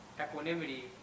equanimity